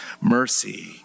Mercy